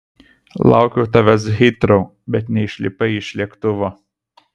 laukiau tavęs hitrou bet neišlipai iš lėktuvo